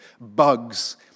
Bugs